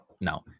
No